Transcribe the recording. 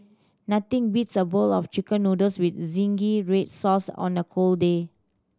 nothing beats a bowl of Chicken Noodles with zingy red sauce on a cold day